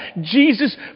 Jesus